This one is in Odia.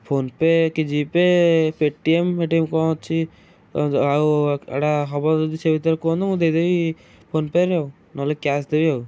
ଫୋନ ପେ କି ଜି ପେ ପେଟିଏମ୍ ଫେଟିଏମ୍ କ'ଣ ଅଛି ଆଉ ଏଟା ହବ ଯଦି ସେ ଭିତରୁ କୁହନ୍ତୁ ମୁଁ ଦେଇ ଦେବି ଫୋନ ପେ'ରେ ଆଇ ନହେଲେ କ୍ୟାସ୍ ଦେବି ଆଉ